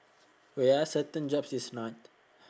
wait ah certain jobs is not